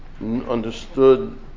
understood